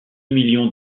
millions